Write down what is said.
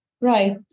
Right